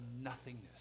nothingness